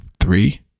Three